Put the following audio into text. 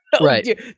Right